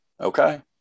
okay